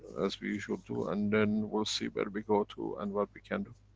as we usually do, and and we'll see where we go to and what we can do.